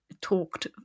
talked